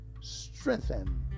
strengthen